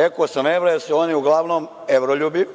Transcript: Rekao sam „evra“, jer su oni uglavnom „evroljubi“,